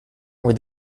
were